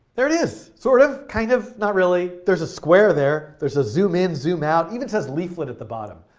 there it is, sort of, kind of, not really. there's a square there. there's a zoom in, zoom out, even says leaflet at the bottom.